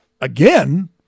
Again